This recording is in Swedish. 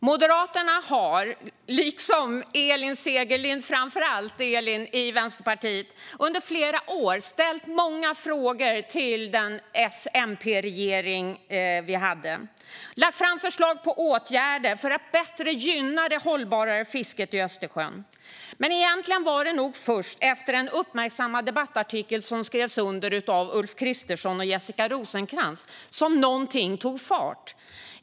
Moderaterna har, liksom framför allt Elin Segerlind från Vänsterpartiet, under flera år ställt många frågor till den S-MP-regering vi hade och lagt fram förslag på åtgärder för att bättre gynna hållbart fiske i Östersjön. Men egentligen var det nog först efter en uppmärksammad debattartikel som skrevs under av Ulf Kristersson och Jessica Rosencrantz som någonting tog fart.